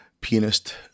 pianist